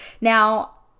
Now